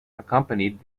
accompanied